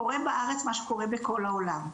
קורה בארץ מה שקורה בעל העולם.